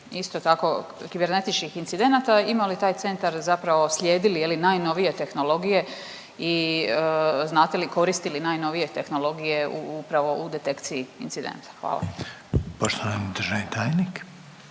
isto tako, kibernetičkih incidenata, ima li taj centar, zapravo, slijedi li, je li, najnovije tehnologije i znate li koristi li najnovije tehnologije upravo u detekciji incidenata? Hvala. **Reiner, Željko